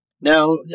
Now